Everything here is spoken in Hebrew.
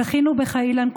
זכינו בך, אילן.